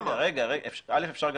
אפשר גם